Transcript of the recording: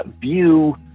view